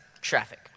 traffic